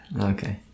Okay